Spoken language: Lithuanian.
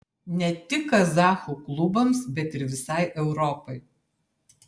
ne tik kazachų klubams bet ir visai europai